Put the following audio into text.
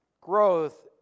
growth